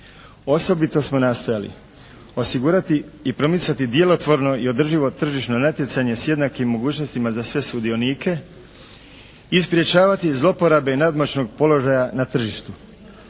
Osobito smo nastojali osigurati i promicati djelotvorno i održivo tržišno natjecanje s jednakim mogućnostima za sve sudionike i sprječavati zlouporabe nadmoćnog položaja na tržištu.